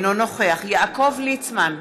אינו נוכח יעקב ליצמן,